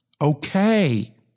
Okay